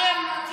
ואתם,